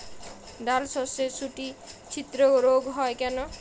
ডালশস্যর শুটি ছিদ্র রোগ হয় কেন?